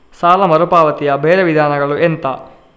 ಸಾಲ ಮರುಪಾವತಿಯ ಬೇರೆ ವಿಧಾನಗಳು ಎಂತ?